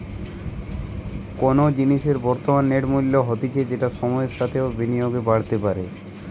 কোনো জিনিসের বর্তমান নেট মূল্য হতিছে যেটা সময়ের সাথেও বিনিয়োগে বাড়তে পারে